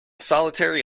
solitary